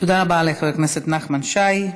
תודה רבה לחבר הכנסת נחמן שי.